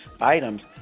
items